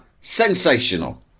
sensational